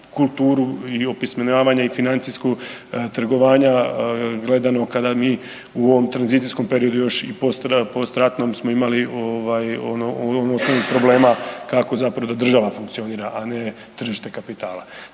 kulturu i opismenjavanje i financijska trgovanja gledano kada mi u ovom tranzicijskom periodu još i postratnom smo imali ovaj onih problema kako zapravo država funkcionira, a ne tržište kapitala.